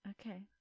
Okay